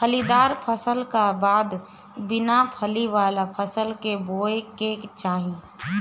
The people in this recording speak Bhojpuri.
फलीदार फसल का बाद बिना फली वाला फसल के बोए के चाही